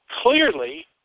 clearly